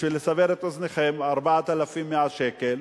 בשביל לסבר את אוזנכם, 4,100 שקל,